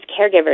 caregivers